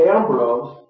Ambrose